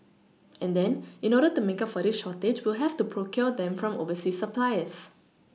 and then in order to make up for this shortage we'll have to procure them from overseas suppliers